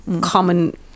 common